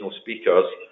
speakers